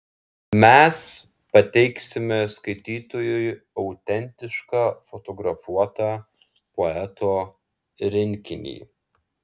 mes pateiksime skaitytojui autentišką fotografuotą poeto rinkinį